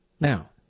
Now